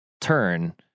turn